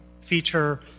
feature